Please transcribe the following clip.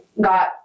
got